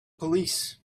police